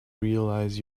realize